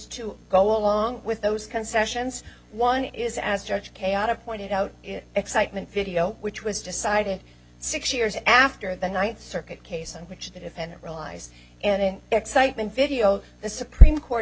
to go along with those concessions one is as judge chaotic pointed out excitement video which was decided six years after the ninth circuit case in which the defendant realized and excitement video the supreme court